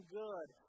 good